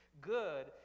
Good